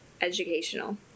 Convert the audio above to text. educational